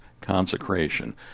consecration